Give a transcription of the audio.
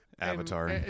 avatar